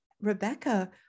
rebecca